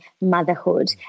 motherhood